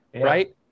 right